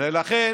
ולכן